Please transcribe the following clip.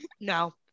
no